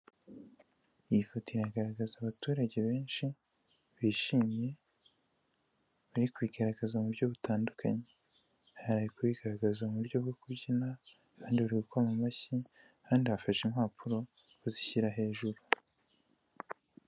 Iyi foto iragaragaza abaturage benshi bishimye bari kubigaragaza mu buryo butandukanye, hari abari kubigaragaza mu buryo bwo kubyina, abandi bari gukoma mu mashyi, abandi hafashe impapuro bazishyira hejuru.